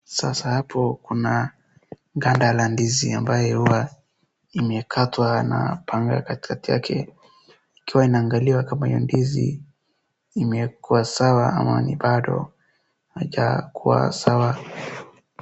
Sasa hapo kuna ganda la ndizi ambaye huwa imekatwa na panga katikati yake ikiwa inaangaliwa kama hiyo ndizi imekua sawa ama ni bado haijakuwa sawa.